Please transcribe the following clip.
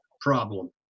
problem